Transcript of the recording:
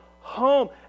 home